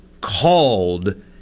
called